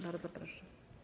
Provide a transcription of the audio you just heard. Bardzo proszę.